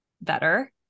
better